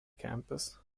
campus